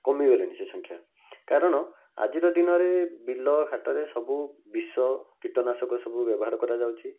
କମିଗଲେଣି ସେ ସଂଖ୍ୟା କାରଣ ଆଜିର ଦିନରେ ବିଲ ହାଟରେ ସବୁ ବିଷ କୀଟନାଶକ ସବୁ ବ୍ୟବହାର କରାଯାଉଛି